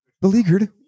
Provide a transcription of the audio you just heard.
Beleaguered